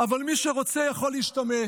אבל מי שרוצה יכול להשתמט.